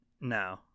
No